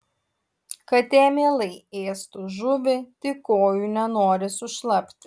katė mielai ėstų žuvį tik kojų nenori sušlapti